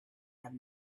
have